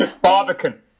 Barbican